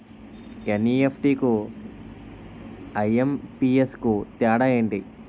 NEFT కు IMPS కు తేడా ఎంటి?